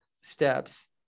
steps